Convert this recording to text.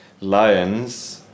lions